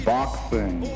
Boxing